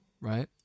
Right